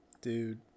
dude